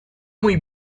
muy